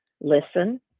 listen